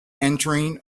entering